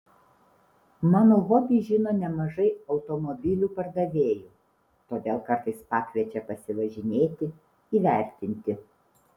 mano hobį žino nemažai automobilių pardavėjų todėl kartais pakviečia pasivažinėti įvertinti